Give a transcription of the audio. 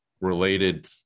related